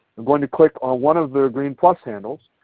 going to click on one of the green plus handles.